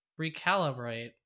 recalibrate